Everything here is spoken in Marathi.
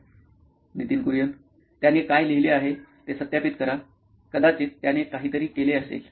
Nitin Kurian COO nine electronics त्याने काय लिहिले आहे ते सत्यापित करा कदाचित त्याने काहीतरी केले असेल